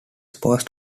post